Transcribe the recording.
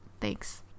thanks